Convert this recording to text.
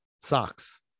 socks